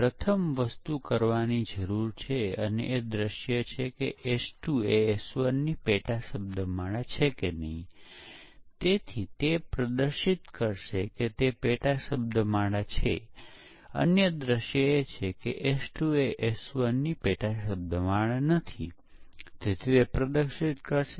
બીજી વસ્તુ જે આપણે કરી શકીએ છીએ તેમાં પ્રોગ્રામ મેનેજર પ્રોગ્રામ કોડમાં ભૂલો મોકલે કે જે પરીક્ષકોને ખબર નથી અને પછી પરીક્ષકો સોફ્ટવેરનું પરીક્ષણ કરે છે નિષ્ફળતાની જાણ કરે છે અને પછી આ ડેવલપમેંટ કર્તાઓ દ્વારા ડીબગ થાય છે અને પ્રોગ્રામમાં જો બધી ભૂલો શોધી કાઢવામાં આવે તો એવું ધારી શકાય કે હવે અન્ય ભૂલો હશે નહીં અને ટેસ્ટિંગ અટકાવી શકાય